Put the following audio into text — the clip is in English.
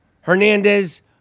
Hernandez